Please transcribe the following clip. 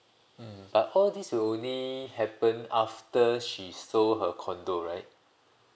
mm but all this will only happen after she sold her condo right